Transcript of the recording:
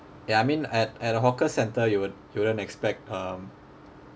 ya I mean at at a hawker centre you would you wouldn't expect um